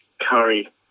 curry